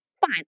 Fine